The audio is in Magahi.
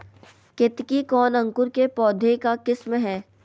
केतकी कौन अंकुर के पौधे का किस्म है?